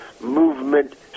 movement